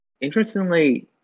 interestingly